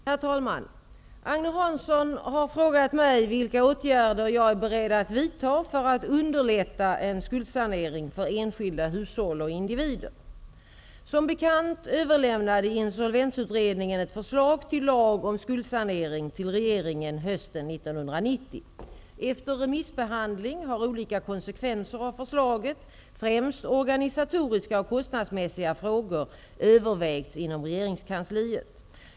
Herr talman! Agne Hansson har frågat mig vilka åtgärder jag är beredd att vidta för att underlätta en skuldsanering för enskilda hushåll och individer. Som bekant överlämnade insolvensutredningen ett förslag till lag om skuldsanering till regeringen hösten 1990. Efter remissbehandling har olika konsekvenser av förslaget, främst organisatoriska och kostnadsmässiga frågor, övervägts inom regeringskansliet.